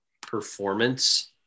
performance